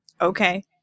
Okay